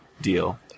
deal